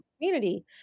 community